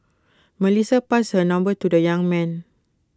Melissa passed her number to the young man